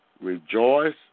Rejoice